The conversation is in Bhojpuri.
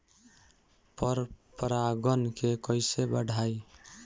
पर परा गण के कईसे बढ़ाई?